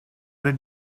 did